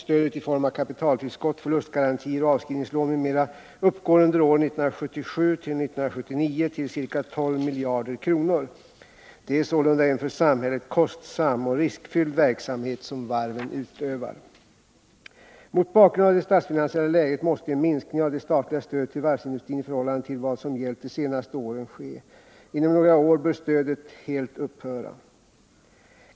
Stödet i form av kapitaltillskott, förlustgarantier och avskrivningslån m.m. uppgår under åren 1977-1979 till ca 12 000 milj.kr. Det är sålunda en för samhället kostsam och riskfylld verksamhet som varven utövar. Mot bakgrund av det statsfinansiella läget måste en minskning av det statliga stödet till varvsindustrin i förhållande till vad som gällt de senaste åren ske. Inom några år bör stödet helt upphöra.